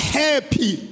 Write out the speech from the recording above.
happy